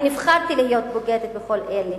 אני נבחרתי להיות בוגדת בכל אלה.